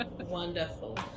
Wonderful